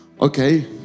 Okay